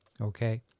okay